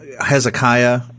Hezekiah